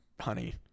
honey